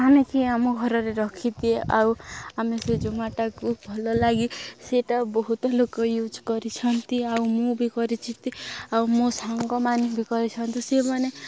ଆମେ କିି ଆମ ଘରରେ ରଖିଦିଏ ଆଉ ଆମେ ସେ ଜୋମାଟୋକୁ ଭଲ ଲାଗେ ସେଇଟା ବହୁତ ଲୋକ ୟୁଜ୍ କରିଛନ୍ତି ଆଉ ମୁଁ ବି କରିଛି ତି ଆଉ ମୋ ସାଙ୍ଗମାନେ ବି କରିଛନ୍ତି ସେମାନେ